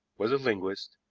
was a linguist,